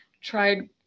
tried